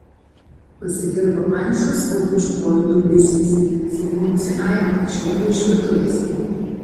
pasigirdo paniškas skubančių kojų dundesys suglumusi aiva išlindo iš virtuvės